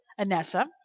Anessa